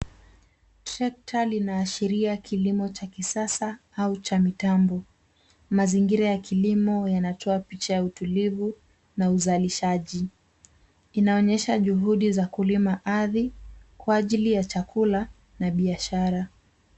Trakta linaashiria kilimo cha kisasa au cha mitambo. Mazingira ya kilimo yanatoa picha ya utulivu na uzalishaji. Inaonyesha juhudi za kulima ardhi kwa ajili ya chakula na biashara.